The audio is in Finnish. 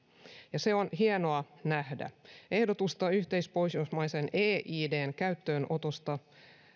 ja se on hienoa nähdä ehdotusta yhteispohjoismaisen e idn käyttöönotosta